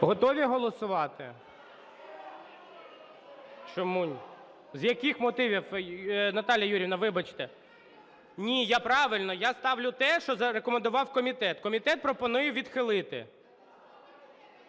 Готові голосувати? Чому - ні? З яких мотивів? Наталія Юріївна, вибачте! Ні, правильно, я ставлю те, що рекомендував комітет. Комітет пропонує відхилити.